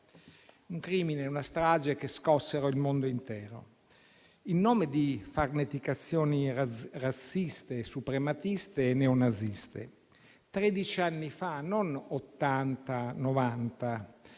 Un crimine e una strage che scossero il mondo intero, in nome di farneticazioni razziste, suprematiste e neonaziste tredici anni fa, non